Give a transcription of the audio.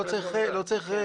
לא צריך רשות,